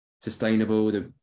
sustainable